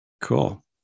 Cool